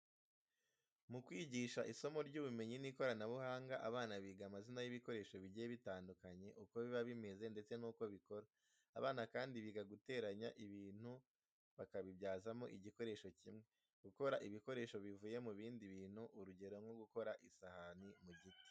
Mu kwigisha isomo ry'ubumenyi n'ikoranabuhanga, abana biga amazina y'ibikoresho bigiye bitandukanye, uko biba bimeze ndetse n'uko bikora. Abana kandi biga, guteranya ibintu bakabibyazamo igikoresho kimwe, gukora ibikoresho bivuye mu bindi bintu, urugero nko gukora isahani mu giti.